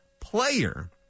player